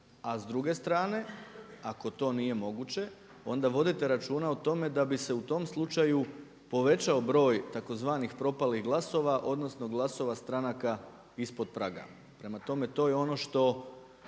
A s druge strane ako to nije moguće onda vodite računa o tome da bi se u tom slučaju povećao broj tzv. propalih glasova, odnosno glasova stranka ispod praga. Prema tome, to je ono što